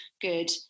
good